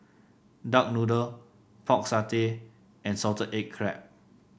Duck Noodle Pork Satay and Salted Egg Crab